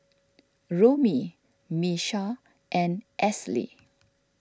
Romie Miesha and Esley